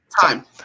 Time